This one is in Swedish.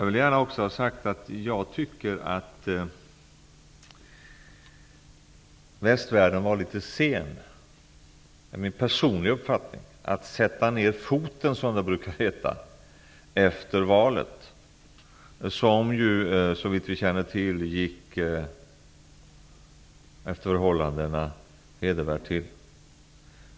Min personliga uppfattning är att västvärlden var litet sen att sätta ned foten -- som det brukar heta -- efter valet, som ju såvitt vi känner till gick efter förhållandena hedervärt till.